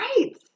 Right